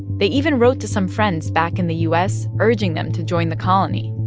they even wrote to some friends back in the u s. urging them to join the colony.